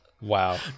Wow